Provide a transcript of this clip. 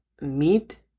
meat